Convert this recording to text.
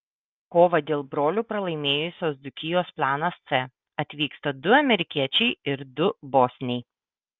kovą dėl brolių pralaimėjusios dzūkijos planas c atvyksta du amerikiečiai ir du bosniai